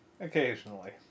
Occasionally